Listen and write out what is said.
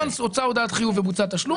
ברגע שהוצאה הודעת חיוב ובוצע תשלום,